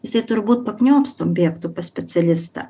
jisai turbūt pakniopstom bėgtų pas specialistą